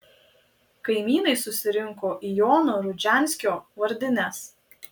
kaimynai susirinko į jono rudžianskio vardines